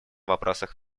вопросах